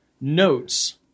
notes